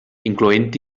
incloent